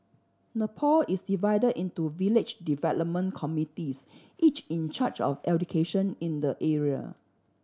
nepal is divided into village development committees each in charge of education in the area